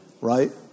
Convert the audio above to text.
Right